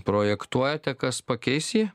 projektuojate kas pakeis jį